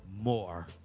more